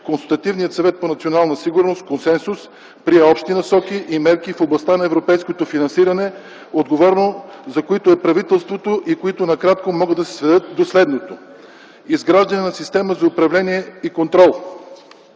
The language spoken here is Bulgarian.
Консултативният съвет по национална сигурност с консенсус прие общи насоки и мерки в областта на европейското финансиране, отговорно за които е правителството и които накратко могат да се сведат до следното: изграждане на система за управление и контрол;